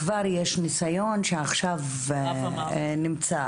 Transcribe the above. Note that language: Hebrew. כבר יש ניסיון שעכשיו נמצא.